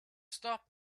stop